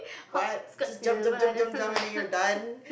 what just jump jump jump jump jump and then you're done